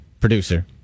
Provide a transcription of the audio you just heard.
producer